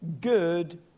good